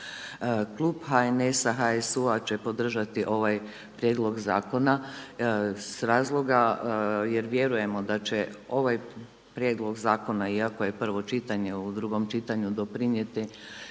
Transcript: Klub HNS-a, HSU-a će podržati ovaj prijedlog zakona s razloga jer vjerujemo da će ovaj prijedlog zakona iako je prvo čitanje, u drugom čitanju doprinijeti